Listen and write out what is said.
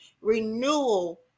Renewal